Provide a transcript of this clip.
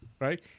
right